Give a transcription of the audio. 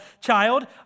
child